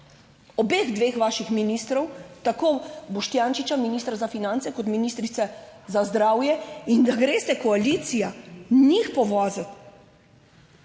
Obeh dveh vaših ministrov, tako Boštjančiča, ministra za finance kot ministrice za zdravje in da greste koalicija njih povoziti.